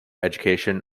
education